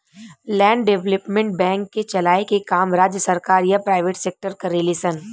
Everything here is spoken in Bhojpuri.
लैंड डेवलपमेंट बैंक के चलाए के काम राज्य सरकार या प्राइवेट सेक्टर करेले सन